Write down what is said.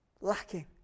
lacking